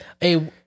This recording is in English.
Hey